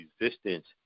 resistance